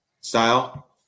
style